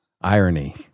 irony